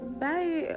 bye